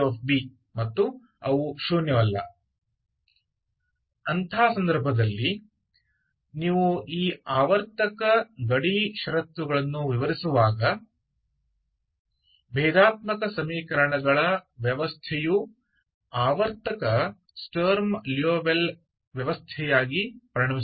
ऐसे मामले में जब आप इन पीरियाडिक सीमा स्थितियों की परिभाषित करते हैं और इन सीमा शर्तों के साथ डिफरेंशियल इक्वेशन की प्रणाली एक पीरियोडिक स्टर्म लिउविल सिस्टम बनता है